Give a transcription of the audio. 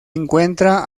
encuentra